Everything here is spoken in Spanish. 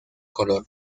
color